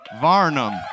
Varnum